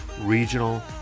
regional